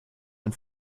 ein